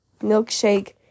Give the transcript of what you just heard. milkshake